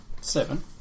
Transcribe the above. Seven